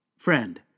Friend